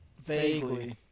Vaguely